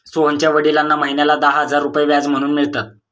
सोहनच्या वडिलांना महिन्याला दहा हजार रुपये व्याज म्हणून मिळतात